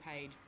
paid